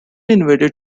invaded